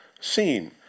seen